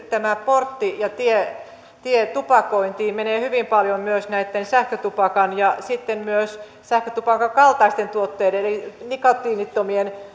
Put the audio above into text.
tämä portti ja tie tie tupakointiin menee hyvin paljon myös sähkötupakan ja sitten myös sähkötupakan kaltaisten tuotteiden eli nikotiinittomien